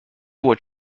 were